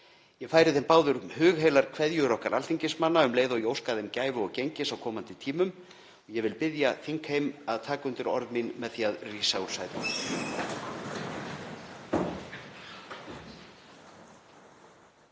Ég færi þeim báðum hugheilar kveðjur okkar alþingismanna um leið og ég óska þeim gæfu og gengis á komandi tíðum. Ég vil biðja þingheim um að taka undir orð mín með því að rísa úr sætum.